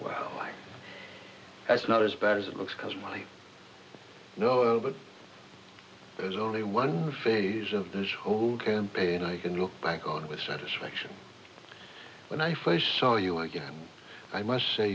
well that's not as bad as it looks like noel but there's only one phase of this whole campaign i can look back on with satisfaction when i first saw you again i must say